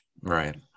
right